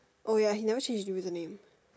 oh ya he never change his user name